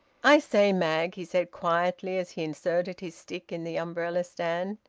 i say, mag, he said quietly, as he inserted his stick in the umbrella-stand.